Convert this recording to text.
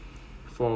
the brain a bit